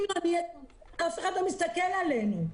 אף אחד לא מסתכל עלינו.